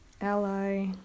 Ally